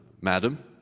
Madam